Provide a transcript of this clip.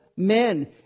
Men